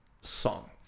song